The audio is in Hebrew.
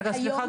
סליחה,